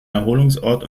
erholungsort